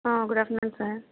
ah good afternoon sir